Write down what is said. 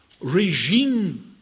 regime